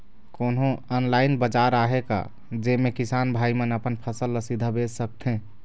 कोन्हो ऑनलाइन बाजार आहे का जेमे किसान भाई मन अपन फसल ला सीधा बेच सकथें?